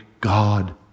God